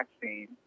vaccine